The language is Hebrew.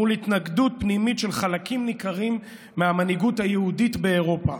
מול התנגדות פנימית של חלקים ניכרים מהמנהיגות היהודית באירופה.